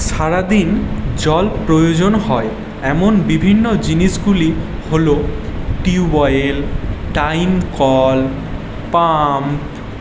সারাদিন জল প্রয়োজন হয় এমন বিভিন্ন জিনিসগুলি হলো টিউব ওয়েল টাইম কল পাম্প